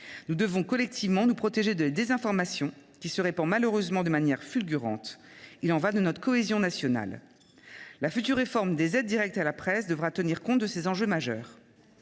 Nous devons collectivement nous protéger de la désinformation qui se répand malheureusement de manière fulgurante. Il y va de notre cohésion nationale. La future réforme des aides directes à la presse devra tenir compte de ces enjeux majeurs.